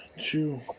two